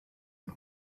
and